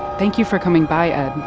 thank you for coming by, ed.